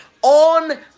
on